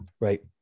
Right